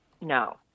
No